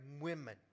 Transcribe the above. women